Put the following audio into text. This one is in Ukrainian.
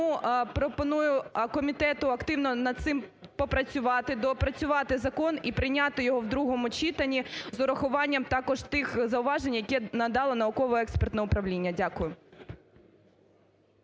Тому пропоную комітету активно над цим попрацювати, доопрацювати закон і прийняти його в другому читанні з урахуванням також тих зауважень, яке надало Науково-експертне управління. Дякую.